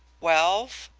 wealth?